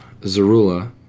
Zarula